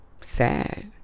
Sad